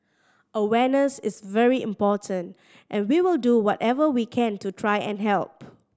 awareness is very important and we will do whatever we can to try and help